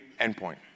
endpoint